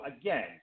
again